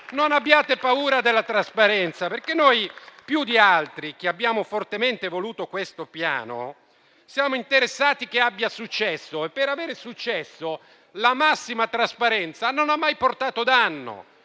Non abbiate paura della trasparenza, perché noi, che più di altri abbiamo fortemente voluto questo Piano, siamo interessati al fatto che abbia successo, e al successo la massima trasparenza non ha mai portato danno.